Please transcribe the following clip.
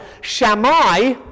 Shammai